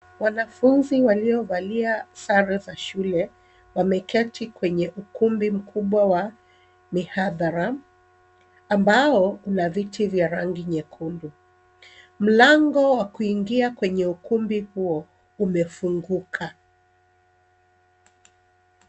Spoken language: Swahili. Wanafunzi waliovalia sare za shule wameketi kwenye ukumbi mkubwa wa mihadhara ambao unao viti vya rangi nyekundu, mlango wa kuingia kwenye ukumbi huo umefunguka.